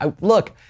look